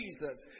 Jesus